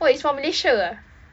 oh it's from malaysia ah